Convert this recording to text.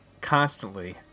constantly